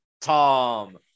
Tom